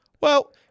Well-